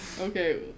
Okay